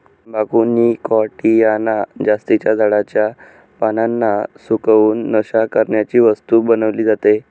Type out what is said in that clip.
तंबाखू निकॉटीयाना जातीच्या झाडाच्या पानांना सुकवून, नशा करण्याची वस्तू बनवली जाते